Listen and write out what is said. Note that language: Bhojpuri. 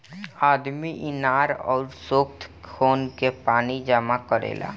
आदमी इनार अउर सोख्ता खोन के पानी जमा करेला